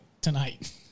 tonight